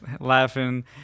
laughing